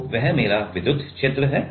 तो वह मेरा विद्युत क्षेत्र है